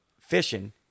fishing